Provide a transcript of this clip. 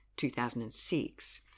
2006